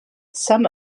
some